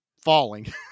falling